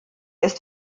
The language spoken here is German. ist